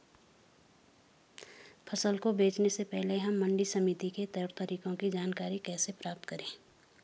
फसल को बेचने से पहले हम मंडी समिति के तौर तरीकों की जानकारी कैसे प्राप्त करें?